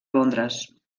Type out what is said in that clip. londres